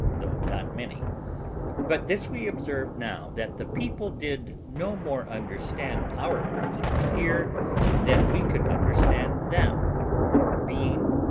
though not many but this we observed now, that the people did no more understand our prisoners here than we could understand them being,